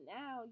now